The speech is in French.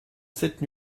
cette